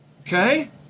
Okay